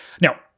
Now